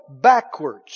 backwards